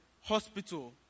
hospital